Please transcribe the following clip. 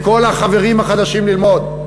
לכל החברים החדשים ללמוד,